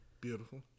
Beautiful